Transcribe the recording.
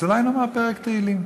אולי נאמר פרק תהילים.